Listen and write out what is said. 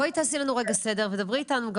בואי תעשי לנו רגע סדר ודברי איתנו גם